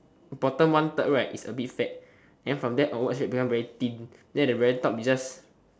bottom one third right is a bit fat then from there outwards become very thin then the very top is just